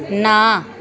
ਨਾ